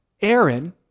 Aaron